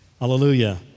Hallelujah